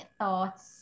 thoughts